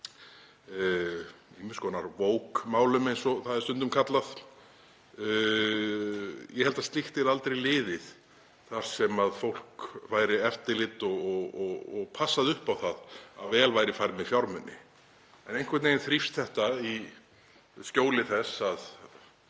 ýmiss konar „woke“-málum eins og það er stundum kallað. Ég held að slíkt yrði aldrei liðið þar sem væri eftirlit og passað upp á að vel væri farið með fjármuni en einhvern veginn þrífst þetta í skjóli þess að